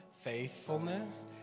faithfulness